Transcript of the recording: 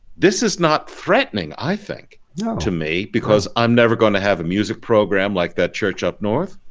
this is not threatening i think to me because i'm never going to have a music program like that church up north